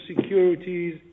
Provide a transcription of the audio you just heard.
securities